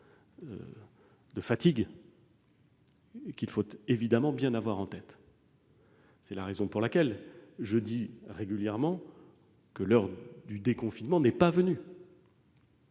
de fatigue qu'il faut évidemment bien avoir en tête. C'est la raison pour laquelle, je le dis régulièrement, l'heure du déconfinement n'est pas venue.